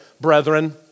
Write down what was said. brethren